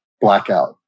blackout